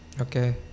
Okay